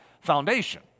foundation